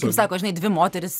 kaip sako žinai dvi moterys